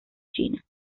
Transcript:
china